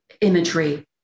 imagery